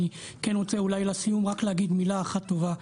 אני כן רוצה אולי להגיד לסיום רק מילה אחת טובה.